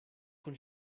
kun